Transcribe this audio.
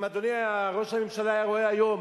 אם אדוני ראש הממשלה היה רואה היום